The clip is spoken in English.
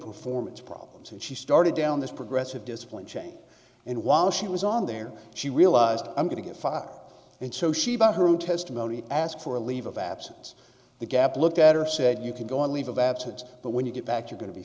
performance problems and she started down this progressive discipline change and while she was on there she realized i'm going to get far and so she bought her own testimony asked for a leave of absence the gap looked at or said you can go on leave of absence but when you get back you're going to be